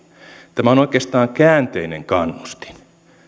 tämä on oikeastaan käänteinen kannustin